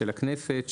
של הכנסת,